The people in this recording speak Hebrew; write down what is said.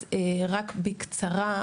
אז רק בקצרה,